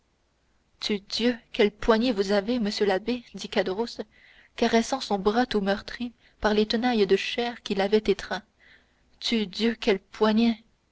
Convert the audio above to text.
tudieu quel poignet vous avez monsieur l'abbé dit caderousse caressant son bras tout meurtri par les tenailles de chair qui l'avaient étreint tudieu quel poignet